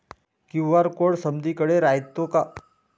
QR code समदीकडे रायतो का?